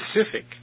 specific